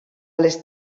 les